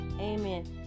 amen